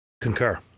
Concur